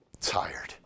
tired